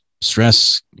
Stress